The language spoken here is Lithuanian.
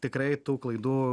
tikrai tų klaidų